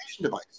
device